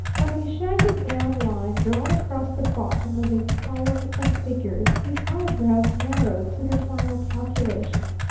like a shaggy brown line drawn across the bottom of a column of figures, his eyebrows narrowed to their final calculation.